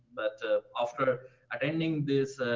but after attending this